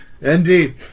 Indeed